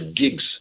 gigs